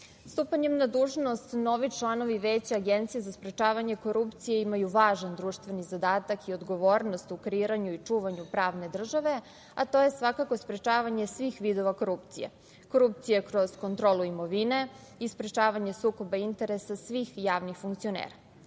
Nišlija. Stupanjem na dužnost novih članova Veća Agencije za sprečavanje korupcije imaju važan društveni zadatak i odgovornost u kreiranju i očuvanju pravne države, a to je svakako sprečavanje svih vidova korupcije, korupcija kroz kontrolu imovine i sprečavanje sukoba interesa svih javnih funkcionera.